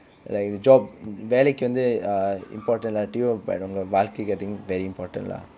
like the job வேலைக்கு வந்து:velaikku vanthu ah important இல்லாட்டியும்:illattiyum but உங்க வாழ்க்கைக்கு:unga vaalkkaikku I think very important lah